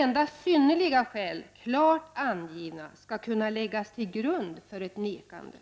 Endast synnerliga skäl, klart angivna, skall kunna läggas till grund för ett nekande.